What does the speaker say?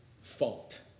fault